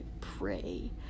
pray